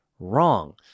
Wrong